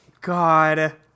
God